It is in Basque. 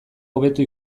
hobeto